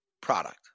product